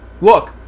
look